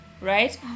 right